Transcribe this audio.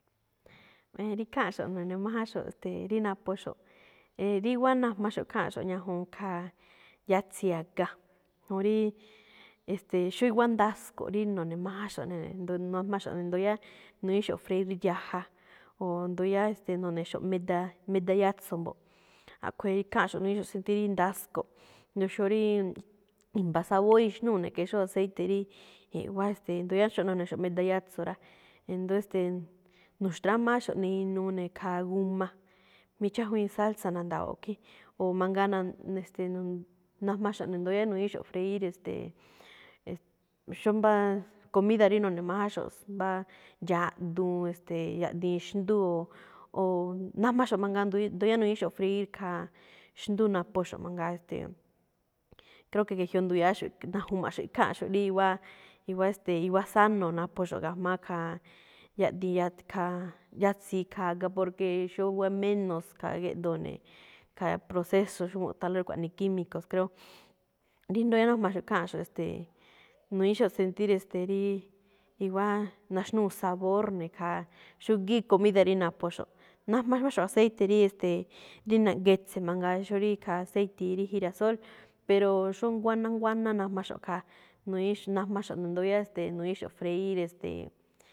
Rí ikháanꞌxo̱ꞌ, nu̱ne̱majánxo̱ꞌ, ste̱e̱, rí naphoxo̱ꞌ, e̱e̱, rí wáá najmaxo̱ꞌ kháanꞌxo̱ꞌ ñajuun khaa, yatsi̱i a̱ga, juun rí, e̱ste̱e̱, xó i̱wa̱á ndasko̱ꞌ rí no̱ne̱májánxo̱ꞌ ꞌne ne̱ jndo naj, ando yáá nu̱ñi̱íxo̱ꞌ freír yaja, o jndo yáá, no̱ne̱xo̱ꞌ meda, meda yatso̱ꞌ mbo̱ꞌ. A̱ꞌkhue̱n rí ikháanꞌxo̱ꞌ nu̱ñi̱í sentir rí ndasko̱ꞌ, jndo xó rí, i̱mba̱ sabor ixnúu̱ ne̱ que xóo aceite rí i̱ꞌwá, ste̱e̱. Ndu̱ya̱áxo̱ꞌ nu̱ne̱xo̱ꞌ meda yatso̱ rá, e̱ndo̱ó e̱ste̱e̱, nu̱xtrámááxo̱ꞌ ne̱ inuu ne̱ khaa g a, mí chájwíin salsa na̱nda̱wo̱o̱ꞌ khín, o mangaa na̱ꞌ-naꞌne ste̱e̱ najmaxo̱ꞌ ne̱ ndóo yáá nu̱ñi̱íxo̱ꞌ freír, es̱te̱e̱, e̱e̱ xóo mbá comida rí no̱ne̱májánxo̱ꞌ, mbáá yaꞌduun, e̱ste̱e̱, yaꞌdiin xndú, oo najmaxo̱ꞌ mangaa, jndo yáá nu̱ñi̱íxo̱ꞌ freír khaa xndú naphoxo̱ꞌ mangaa, ste̱e̱. Creo que ge̱jyoꞌ ndu̱ya̱áxo̱ꞌ, na̱ju̱maxo̱ꞌ ikháanꞌxo̱ꞌ rí wáa, i̱wa̱á e̱ste̱e̱, i̱wa̱á sano naphoxo̱ꞌ ga̱jma̱á khaa yaꞌdiin yaꞌ-khaa yatsi̱i ikhaa a̱ga, porque xóo wáa menos kha géꞌdoo ne̱, khaa proceso xó mu̱ꞌthánlóꞌ kuaꞌnii químico creo. Díjndó yáá rí na̱ju̱ma̱ꞌxo̱ꞌ kháanꞌ, e̱ste̱e̱, nu̱ñi̱íxo̱ꞌ sentir, e̱ste̱e̱, ríí i̱wa̱á naxnúu sabor ne̱ khaa, xúgíí comida rí naphoxo̱ꞌ. najma máxo̱ꞌ aceite rí, e̱ste̱e̱, rí na- getse̱ mangaa, xóo rí ikhaa séiti̱i rí girasol, pero xóo nguáná, nguáná najmaxo̱ꞌ khaa, nu̱ñi̱íxo̱ꞌ, najmaxo̱ꞌ ndo yáá nu̱ñi̱íxo̱ꞌ freír, e̱ste̱e̱.